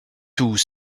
tout